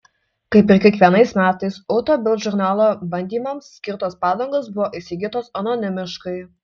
kaip ir kiekvienais metais auto bild žurnalo bandymams skirtos padangos buvo įsigytos anonimiškai